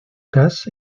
cas